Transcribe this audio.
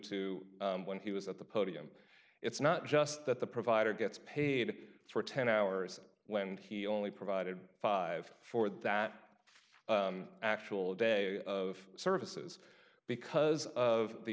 to when he was at the podium it's just that the provider gets paid for ten hours when he only provided five for that actual day of services because of the